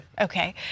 Okay